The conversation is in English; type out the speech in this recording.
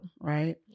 right